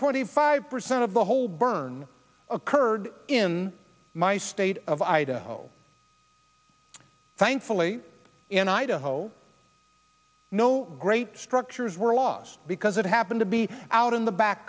twenty five percent of the whole burn occurred in my state of idaho thankfully in idaho no great structures were laws because it happened to be out in the back